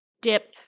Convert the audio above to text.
dip